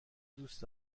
دوست